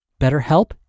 BetterHelp